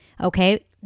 Okay